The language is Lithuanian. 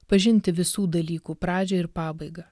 pažinti visų dalykų pradžią ir pabaigą